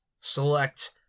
select